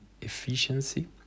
efficiency